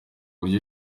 buryo